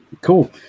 cool